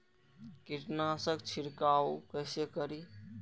कीट नाशक छीरकाउ केसे करी?